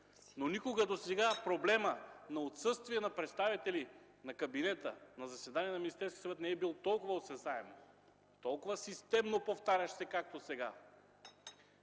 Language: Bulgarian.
но никога досега проблемът на отсъствие на представители на кабинета на заседания на Народното събрание не е бил толкова осезаем, толкова системно повтарящ се както сега.